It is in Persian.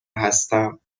هستم